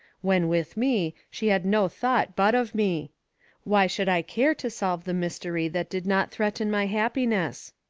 when with me, she had no thought but of me why should i care to solve the mystery that did not threaten my happiness?